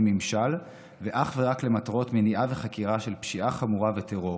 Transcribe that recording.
ממשל ואך ורק למטרות מניעה וחקירה של פשיעה חמורה וטרור.